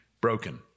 broken